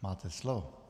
Máte slovo.